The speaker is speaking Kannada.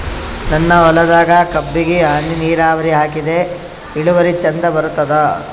ನನ್ನ ಹೊಲದಾಗ ಕಬ್ಬಿಗಿ ಹನಿ ನಿರಾವರಿಹಾಕಿದೆ ಇಳುವರಿ ಚಂದ ಬರತ್ತಾದ?